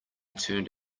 turned